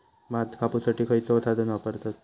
भात कापुसाठी खैयचो साधन वापरतत?